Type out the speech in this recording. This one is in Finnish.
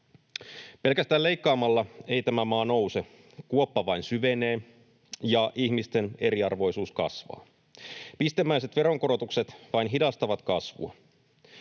Pelkästään leikkaamalla ei tämä maa nouse. Kuoppa vain syvenee, ja ihmisten eriarvoisuus kasvaa. Pistemäiset veronkorotukset vain hidastavat kasvua.